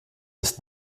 ist